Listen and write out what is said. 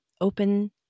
open